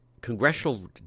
Congressional